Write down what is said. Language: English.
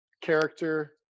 character